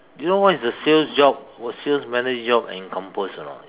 you know what is a sales job w~ sales manager job encompass or not